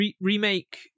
Remake